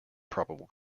probable